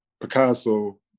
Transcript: Picasso